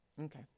Okay